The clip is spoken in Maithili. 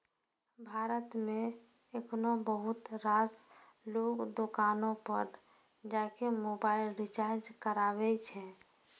भारत मे एखनो बहुत रास लोग दोकाने पर जाके मोबाइल रिचार्ज कराबै छै